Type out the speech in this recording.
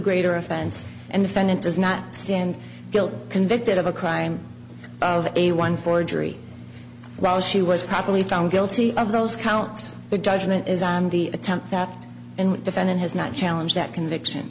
greater offense and defendant does not stand guilt convicted of a crime of a one forgery while she was probably found guilty of those counts the judgment is on the attempt that in defendant has not challenge that conviction